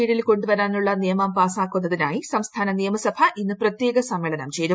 P കീഴിൽ കൊണ്ടുവരാനുള്ള നിയമം പാസ്റ്റാക്കുന്നതിനായി സംസ്ഥാന നിയമസഭ ഇന്ന് പ്രത്യേക സമ്മേളനം ചേരും